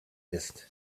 ist